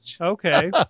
Okay